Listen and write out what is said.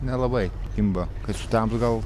nelabai kimba kai sutems gal